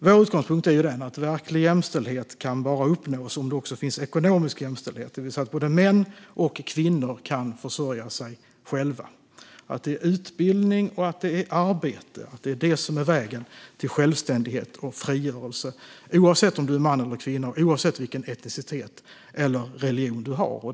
Vår utgångspunkt är att verklig jämställdhet kan uppnås bara om det finns ekonomisk jämställdhet, det vill säga att både män och kvinnor kan försörja sig själva. Utbildning och arbete ska vara vägen till självständighet och frigörelse, oavsett om du är man eller kvinna, oavsett etnicitet eller religion.